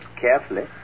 carefully